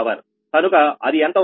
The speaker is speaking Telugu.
కనుక అది ఎంత వస్తుంది అంటే CPg12